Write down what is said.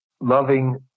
loving